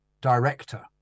director